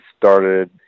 started